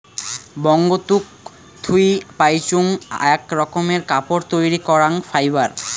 বঙ্গতুক থুই পাইচুঙ আক রকমের কাপড় তৈরী করাং ফাইবার